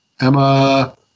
Emma